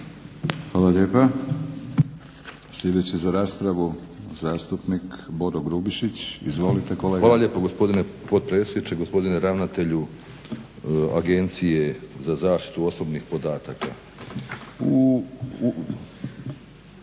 Hvala lijepa. Sljedeći za raspravu zastupnik Boro Grubišić. Izvolite. **Grubišić, Boro (HDSSB)** Hvala lijepo gospodine potpredsjedniče. Gospodine ravnatelju Agencije za zaštitu osobnih podataka.